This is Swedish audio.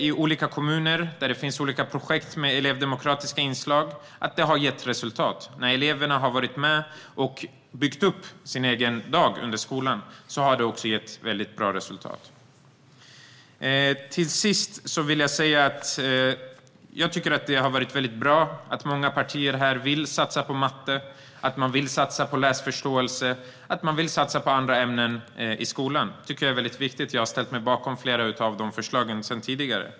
I olika kommuner där det finns projekt med elevdemokratiska inslag kan vi se att det har gett resultat när eleverna har varit med och byggt upp sin egen skoldag. Till sist vill jag säga att det har varit bra att många partier här vill satsa på matte, läsförståelse och andra ämnen i skolan. Det tycker jag är väldigt viktigt, och jag har ställt mig bakom flera av de förslagen redan tidigare.